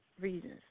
reasons